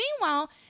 meanwhile